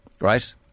right